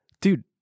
Dude